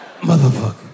motherfucker